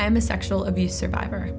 am a sexual abuse survivor